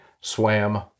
swam